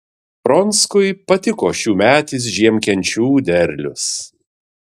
pronckui patiko šiųmetis žiemkenčių derlius